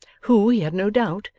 who, he had no doubt,